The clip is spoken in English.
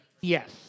Yes